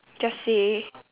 just say